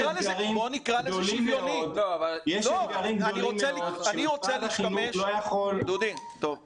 יש פערים גדולים מאוד שמשרד החינוך לא יכול --- אני